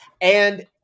And-